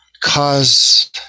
cause